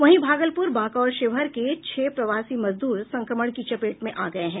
वहीं भागलपुर बांका और शिवहर के छह प्रवासी मजदूर संक्रमण की चपेट में आ गये हैं